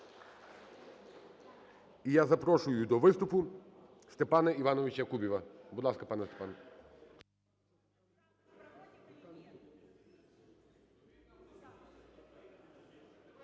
І я запрошую до виступу Степана Івановича Кубіва. Будь ласка, пане Степан.